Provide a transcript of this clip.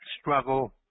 struggle